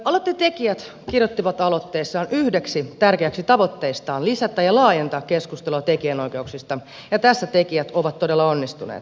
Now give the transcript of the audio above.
aloitteen tekijät kirjoittivat aloitteessaan yhdeksi tärkeäksi tavoitteekseen lisätä ja laajentaa keskustelua tekijänoikeuksista ja tässä tekijät ovat todella onnistuneet